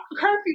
curfew